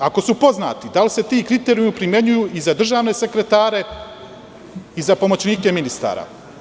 Ako su poznati, da li se ti kriterijumi primenjuju i za državne sekretare i za pomoćnike ministara?